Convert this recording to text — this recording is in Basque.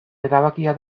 erabakia